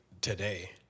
today